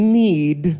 need